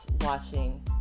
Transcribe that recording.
watching